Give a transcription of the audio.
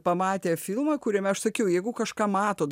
pamatė filmą kuriame aš sakiau jeigu kažką matot